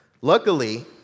Luckily